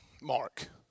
Mark